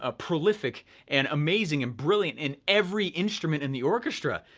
ah prolific and amazing and brilliant in every instrument in the orchestra.